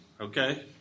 okay